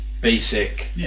basic